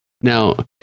Now